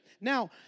Now